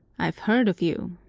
i've heard of you.